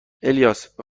الیاس، به